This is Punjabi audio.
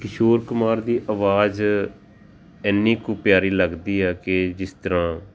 ਕਿਸ਼ੋਰ ਕੁਮਾਰ ਦੀ ਆਵਾਜ਼ ਇੰਨੀ ਕੁ ਪਿਆਰੀ ਲੱਗਦੀ ਹੈ ਕਿ ਜਿਸ ਤਰ੍ਹਾਂ